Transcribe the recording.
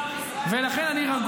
רק שר אוצר בישראל --- לכן אני רגוע.